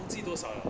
忘记多少 liao